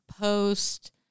post